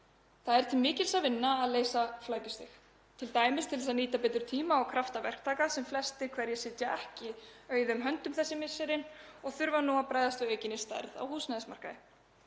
Það er til mikils að vinna að leysa flækjustig, t.d. til þess að nýta betur tíma og krafta verktaka sem flestir hverjir sitja ekki auðum höndum þessi misserin og þurfa nú að bregðast við aukinni stærð á húsnæðismarkaði.